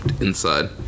Inside